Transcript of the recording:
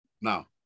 Now